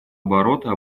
оборота